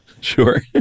Sure